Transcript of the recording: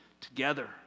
together